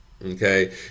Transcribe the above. Okay